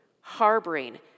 harboring